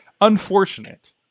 unfortunate